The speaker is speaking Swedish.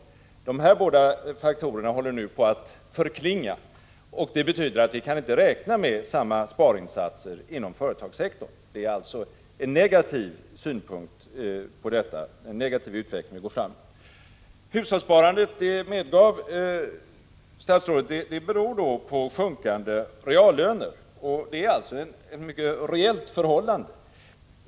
Effekterna av dessa båda faktorer håller nu på att förklinga. Det betyder att vi inte kan räkna med samma sparinsatser inom företagssektorn, där vi alltså går mot en negativ utveckling. Det minskande hushållssparandet beror, som statsrådet medgav, på sjunkande reallöner. Det handlar alltså om ett mycket reellt förhållande.